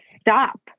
stop